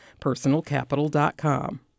PersonalCapital.com